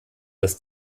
dass